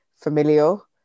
familial